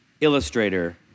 illustrator